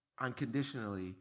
unconditionally